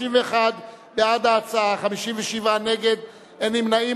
31 בעד ההצעה, 57 נגד, אין נמנעים.